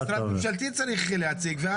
אבל המשרד הממשלתי צריך להציג.